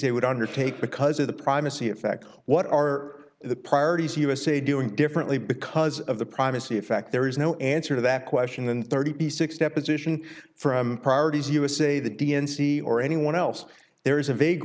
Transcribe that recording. they would undertake because of the primacy of fact what are the priorities usa doing differently because of the primacy of fact there is no answer to that question than thirty six deposition from priorities usa the d n c or anyone else there is a vague